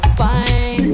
fine